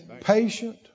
patient